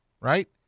right